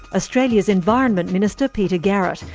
australia's environment minister, peter garrett,